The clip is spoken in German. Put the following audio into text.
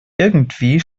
irgendwie